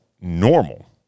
normal